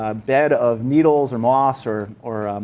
ah bed of needles or moss or or